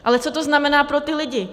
Ale co to znamená pro ty lidi?